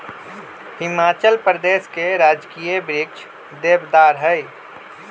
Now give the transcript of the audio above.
हिमाचल प्रदेश के राजकीय वृक्ष देवदार हई